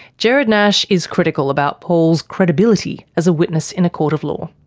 gerard nash is critical about paul's credibility as a witness in a court of law.